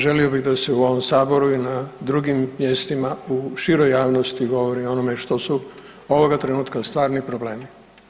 Želio bih da se u ovom saboru i na drugim mjestima u široj javnosti govori o onome što su ovoga trenutka stvarni problemi.